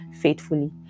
faithfully